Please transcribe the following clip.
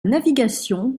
navigation